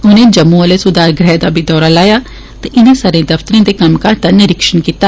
उनें जम्मू आह्ले सुधार गृह दा बी दौरा लाया ते इनें सारे दफ्तरें दे कम्मकाज दा निरीक्षण कीता